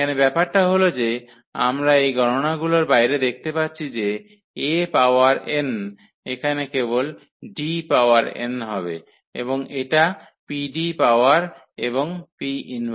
এখানে ব্যাপারটা হল যে আমরা এই গণনাগুলির বাইরে দেখতে পাচ্ছি যে A পাওয়ার n এখানে কেবল D পাওয়ার n হবে এবং এটা PD পাওয়ার এবং P 1